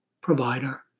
provider